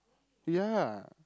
ya